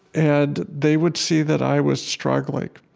and they would see that i was struggling,